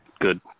good